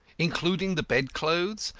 including the bed-clothes,